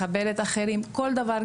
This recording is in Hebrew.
מכבדת את האחר כל דבר,